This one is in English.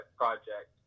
project